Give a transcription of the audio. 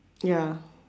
ya